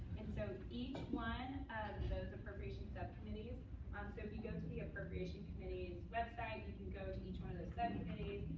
and so each one of those appropriations subcommittees um simply goes to the appropriations committee website. you can go to each one of those subcommittees,